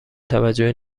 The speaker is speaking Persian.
توجهی